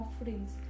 offerings